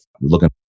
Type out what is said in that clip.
looking